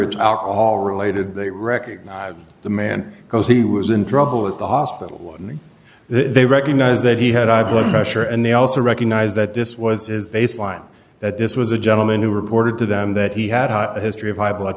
it's alcohol related they recognize the man because he was in trouble at the hospital or they recognize that he had i've put pressure and they also recognize that this was his baseline that this was a gentleman who reported to them that he had a history of high blood